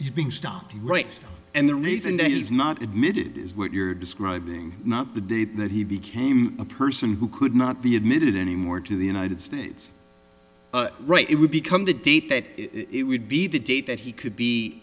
he's being stopped right and the reason that he's not admitted is what you're describing not the date that he became a person who could not be admitted anymore to the united states right it would become the date that it would be the date that he could